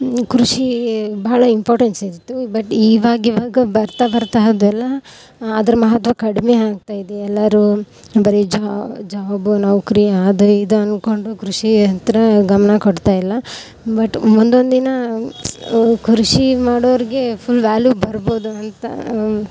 ಕೃಷಿ ಭಾಳ ಇಂಪಾರ್ಟೆನ್ಸ್ ಇದ್ದಿತ್ತು ಬಟ್ ಇವಾಗಿವಾಗ ಬರ್ತಾ ಬರ್ತಾ ಅದೆಲ್ಲ ಅದ್ರ ಮಹತ್ವ ಕಡಿಮೆ ಆಗ್ತಾಯಿದೆ ಎಲ್ಲರೂ ಬರೀ ಜಾಬ್ ನೌಕರಿ ಅದು ಇದು ಅನ್ಕೊಂಡು ಕೃಷಿ ಹತ್ತಿರ ಗಮನ ಕೊಡ್ತಾಯಿಲ್ಲ ಬಟ್ ಮುಂದೊಂದು ದಿನ ಕೃಷಿ ಮಾಡೋರಿಗೆ ಫುಲ್ ವ್ಯಾಲ್ಯೂ ಬರ್ಬೋದು ಅಂತ